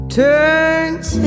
turns